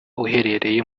uherereye